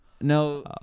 No